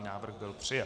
Návrh byl přijat.